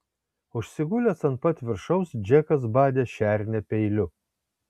užsigulęs ant pat viršaus džekas badė šernę peiliu